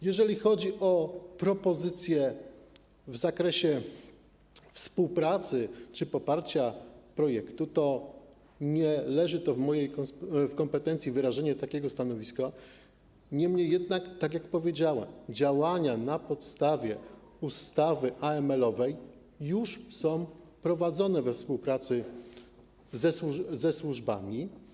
Jeżeli chodzi o propozycje w zakresie współpracy czy poparcia projektu, to nie leży w mojej kompetencji wyrażanie takiego stanowiska, niemniej jednak, tak jak powiedziałem, działania na podstawie ustawy AML już są prowadzone we współpracy ze służbami.